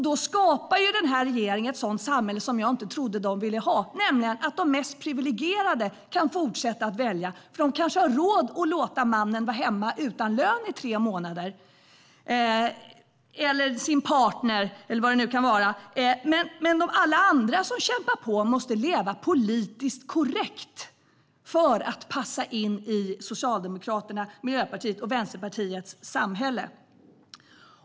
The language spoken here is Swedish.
Då skapar den här regeringen ett sådant samhälle som jag inte trodde att de ville ha, nämligen att de mest privilegierade kan fortsätta att välja, för de kanske har råd att låta mannen - eller sin partner eller vad det kan vara - vara hemma utan lön i tre månader, men alla andra som kämpar på måste leva politiskt korrekt för att passa in i Socialdemokraternas, Miljöpartiets och Vänsterpartiets samhälle.